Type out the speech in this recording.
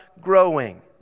growing